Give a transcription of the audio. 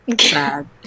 Sad